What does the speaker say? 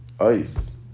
ice